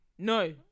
No